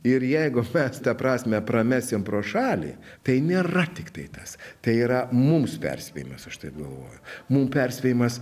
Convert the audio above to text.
ir jeigu mes tą prasmę pramesim pro šalį tai nėra tiktai tas tai yra mums perspėjimas aš taip galvoju mum perspėjimas